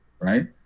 right